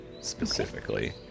specifically